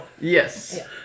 Yes